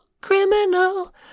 criminal